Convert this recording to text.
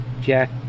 Jack